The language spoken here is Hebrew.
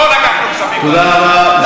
לא לקחנו כספים קואליציוניים.